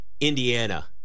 Indiana